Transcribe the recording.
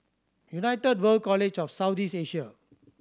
United World College of South East Asia